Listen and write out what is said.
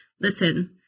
listen